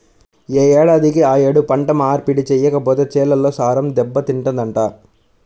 యే ఏడాదికి ఆ యేడు పంట మార్పిడి చెయ్యకపోతే చేలల్లో సారం దెబ్బతింటదంట